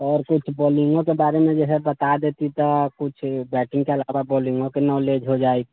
आओर कुछ बौलिंगोके बारेमे जे हय बता देती तऽ कुछ बैटिंगके अलावा बौलिंगोके नौलेज हो जाइ